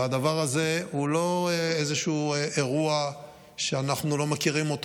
והדבר הזה הוא לא איזשהו אירוע שאנחנו לא מכירים,